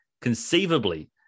conceivably